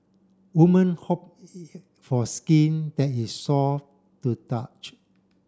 women hope for skin that is soft to touch